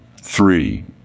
Three